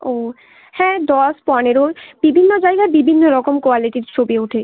ও হ্যাঁ দশ পনেরো বিভিন্ন জায়গার বিভিন্ন রকম কোয়ালিটির ছবি ওঠে